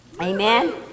Amen